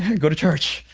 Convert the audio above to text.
and go to church.